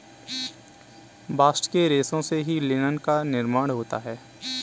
bast के रेशों से ही लिनन का भी निर्माण होता है